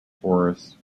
forests